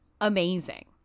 Amazing